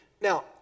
Now